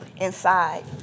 inside